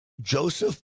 Joseph